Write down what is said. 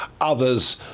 Others